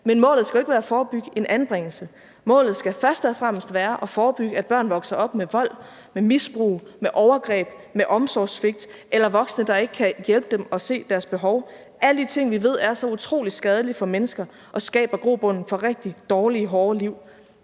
Men målet skal jo ikke være at forebygge en anbringelse; målet skal først og fremmest være at forebygge, at børn vokser op med vold, med misbrug, med overgreb, med omsorgssvigt eller med voksne, der ikke kan hjælpe dem og se deres behov – alle de ting, vi ved er så utrolig skadelige for mennesker og skaber grobund for rigtig dårlige og hårde liv.